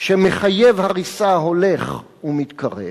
שמחייב הריסה, הולך ומתקרב.